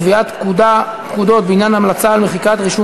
קביעת פקודות בעניין המלצה על מחיקת רישום